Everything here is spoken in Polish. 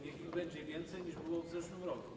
Niech ich będzie więcej, niż było w zeszłym roku.